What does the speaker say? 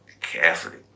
carefully